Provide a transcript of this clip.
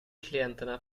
klienterna